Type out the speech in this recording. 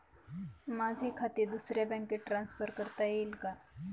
माझे खाते दुसऱ्या बँकेत ट्रान्सफर करता येईल का?